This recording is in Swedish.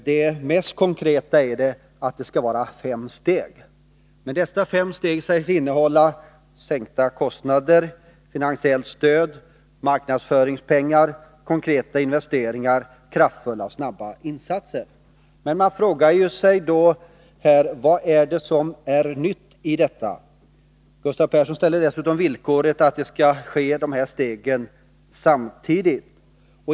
Det mest konkreta i den är att det skall vara fem steg. Dessa fem steg sägs innehålla sänkta kostnader, finansiellt stöd, marknadsföringspengar, konkreta investeringar och kraftfulla och snabba insatser. Man frågar sig då: Vad är det som är nytt i detta? Gustav Persson ställer dessutom villkoret att dessa steg skall tas samtidigt.